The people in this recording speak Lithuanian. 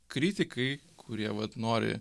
kritikai kurie vat nori